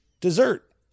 dessert